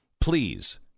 Please